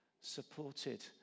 supported